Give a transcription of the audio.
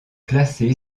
placé